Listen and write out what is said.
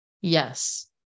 Yes